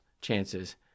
chances